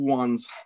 one's